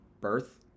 birth